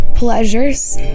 pleasures